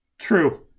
True